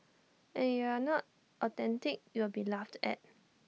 and if you are not authentic you will be laughed at